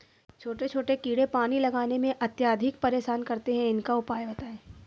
छोटे छोटे कीड़े पानी लगाने में अत्याधिक परेशान करते हैं इनका उपाय बताएं?